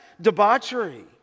debauchery